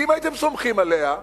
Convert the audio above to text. כי אם הייתם סומכים עליה,